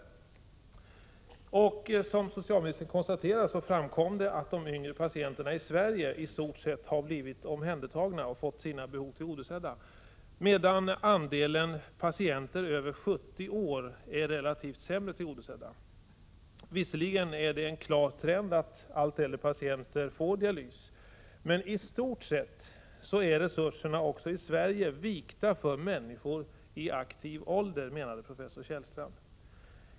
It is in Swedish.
Vid symposiet framkom, som socialministern också konstaterade, att de yngre patienterna i Sverige i stort sett har fått sina behov tillgodosedda och blivit omhändertagna, medan patienter över 70 år är relativt sämre tillgodosedda. Visserligen är det en klar trend att allt äldre patienter får dialys, men i stort sett är resurserna också i Sverige vikta för människor i aktiv ålder, menade professor Kjellstrand.